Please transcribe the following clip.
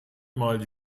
mal